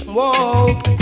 Whoa